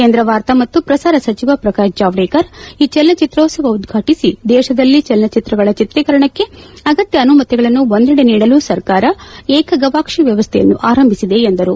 ಕೇಂದ್ರ ವಾರ್ತಾ ಮತ್ತು ಪ್ರಸಾರ ಸಚಿವ ಪ್ರಕಾಶ್ ಜಾವಡೇಕರ್ ಈ ಚಲನಚಿತ್ರೋತ್ವವ ಉದ್ವಾಟಿಸಿ ದೇಶದಲ್ಲಿ ಚಲನಚಿತ್ರಗಳ ಚಿತ್ರೀಕರಣಕ್ಕೆ ಅಗತ್ತ ಅನುಮತಿಗಳನ್ನು ಒಂದಡೆ ನೀಡಲು ಸರ್ಕಾರ ಏಕಗವಾಕ್ಷಿ ವ್ಯವಸ್ಥೆಯನ್ನು ಆರಂಭಿಸಿದೆ ಎಂದರು